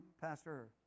Pastor